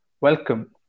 Welcome